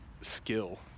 skill